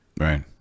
Right